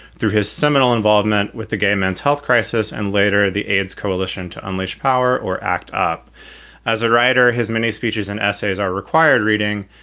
through his seminal involvement with the gay men's health crisis and later the aids coalition to unleash power or act up as a writer has many speeches and essays are required reading.